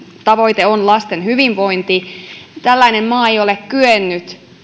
tavoite on lasten hyvinvointi ei ole kyennyt